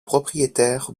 propriétaire